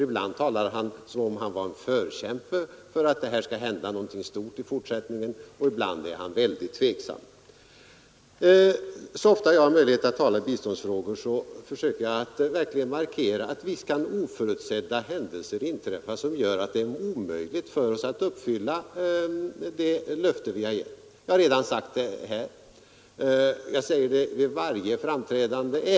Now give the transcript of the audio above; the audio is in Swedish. Ibland talar herr Wickman nämligen som om han är en förkämpe för att det skall hända något stort i fortsättningen på detta område, men ibland är han väldigt tveksam. Så ofta jag har haft möjlighet att tala i biståndsfrågor har jag haft anledning markera, att visst kan det inträffa oförutsedda händelser som gör att det är omöjligt för oss att uppfylla det löfte vi givit. Det har jag sagt, och jag säger det vid varje framträdande i dessa frågor.